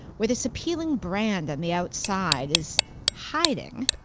where this appealing brand on the outside is hiding,